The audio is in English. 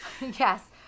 Yes